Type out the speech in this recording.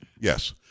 Yes